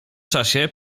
czasie